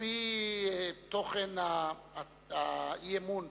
על-פי תוכן האי-אמון,